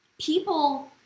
People